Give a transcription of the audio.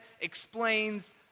explains